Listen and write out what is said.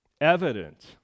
evident